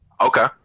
Okay